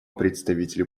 представителю